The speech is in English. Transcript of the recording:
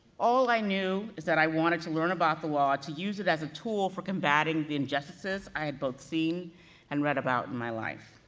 all i knew is that i wanted to learn about the law to use it as a tool for combating the injustices i had both seen and read about in my life.